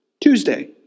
Tuesday